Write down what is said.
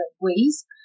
ways